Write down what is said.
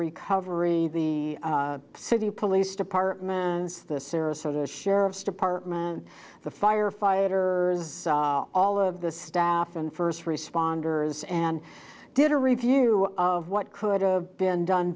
recovery the city police departments the sarasota sheriff's department the firefighter all of the staff and first responders and did a review of what could have been done